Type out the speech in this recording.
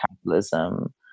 capitalism